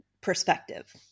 perspective